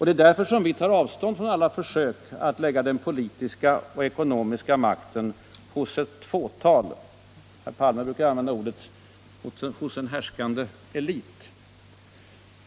Det är därför som vi tar avstånd från alla försök att lägga den politiska och ekonomiska makten hos ett fåtal — herr Palme brukar använda orden ”hos en härskande elit”.